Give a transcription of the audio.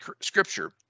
Scripture